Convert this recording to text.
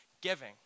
giving